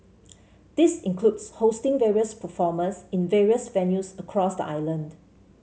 this includes hosting various performers in various venues across the island